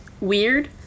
weird